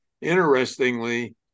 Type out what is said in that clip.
interestingly